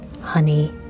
Honey